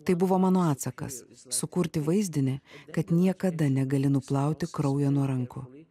tai buvo mano atsakas sukurti vaizdinį kad niekada negali nuplauti kraujo nuo rankų